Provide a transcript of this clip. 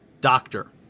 doctor